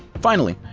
finally,